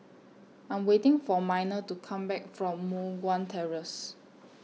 I'm waiting For Miner to Come Back from Moh Guan Terrace